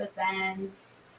events